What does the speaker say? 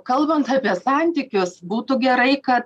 kalbant apie santykius būtų gerai kad